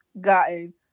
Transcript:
gotten